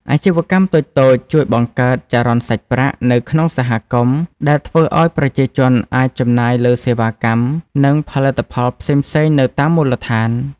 អាជីវកម្មតូចៗជួយបង្កើត ចរន្តសាច់ប្រាក់ នៅក្នុងសហគមន៍ ដែលធ្វើឱ្យប្រជាជនអាចចំណាយលើសេវាកម្ម និងផលិតផលផ្សេងៗនៅតាមមូលដ្ឋាន។